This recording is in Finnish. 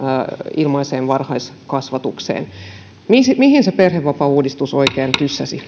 ilmaiseen varhaiskasvatukseen mihin se perhevapaauudistus oikein tyssäsi